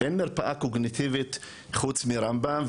אין מרפאה קוגניטיבית חוץ מרמב"ם,